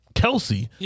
Kelsey